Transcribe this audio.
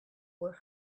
were